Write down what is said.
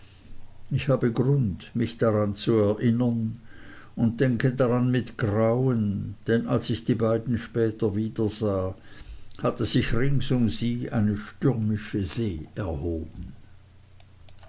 ich habe grund mich daran zu erinnern und denke daran mit grauen denn als ich die beiden später wiedersah hatte sich rings um sie eine stürmische see erhoben